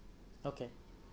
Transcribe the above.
okay